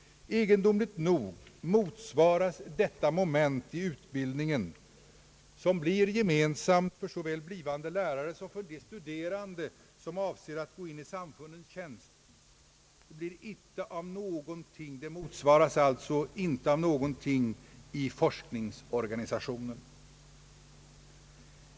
Egendomligt nog motsvaras detta moment i utbildningen — som blir gemensamt för såväl blivande lärare som för de studerande som avser att gå in i samfundens tjänst — icke av någonting i forskningsorganisationen.